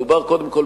מדובר קודם כול,